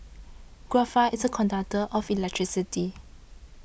graphite is a conductor of electricity